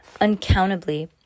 Uncountably